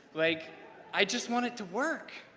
like i just want it to work.